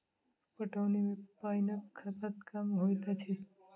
उप पटौनी मे पाइनक खपत कम होइत अछि